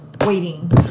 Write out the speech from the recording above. waiting